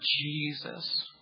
Jesus